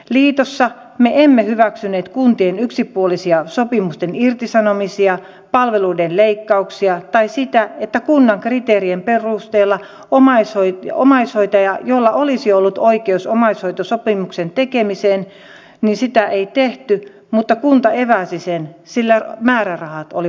liitossa me emme hyväksyneet kuntien yksipuolisia sopimusten irtisanomisia palveluiden leikkauksia tai sitä että kunnan kriteerien perusteella omaishoitajan kanssa jolla olisi ollut oikeus omaishoitosopimuksen tekemiseen sitä ei tehty vaan kunta eväsi sen sillä määrärahat olivat loppu